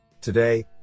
Today